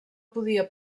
podia